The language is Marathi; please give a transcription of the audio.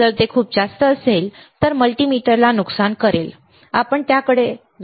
जर ते खूप जास्त असेल तर ते मल्टीमीटरला नुकसान करेल आपण त्याकडे जाऊ शकत नाही